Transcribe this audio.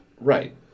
Right